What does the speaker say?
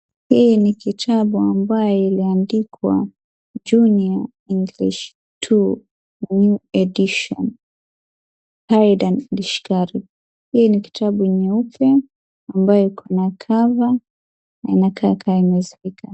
Hii ni kitabu ambaye iliandikwa Junior English Two new edition , Haydn Richards. Hii ni kitabu nyeupe ambaye iko na cover na inakaa kama imezeeka.